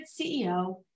CEO